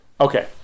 okay